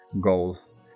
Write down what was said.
goals